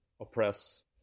oppress